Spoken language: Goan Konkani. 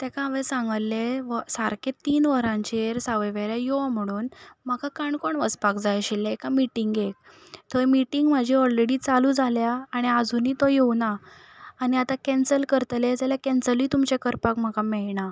तेका हांवें सांगल्लें सारकें तीन वरांचेर सावय वेऱ्यां यो म्हणून म्हाका काणकोण वचपाक जाय आशिल्लें एका मिटींगेंक थंय मिटींग म्हाजी ऑलरेडी चालू जाल्या आनी आजुनी तो येवना आनी आतां कॅन्सल करतले जाल्यार कॅन्सलय तुमचें करपाक म्हाका मेळना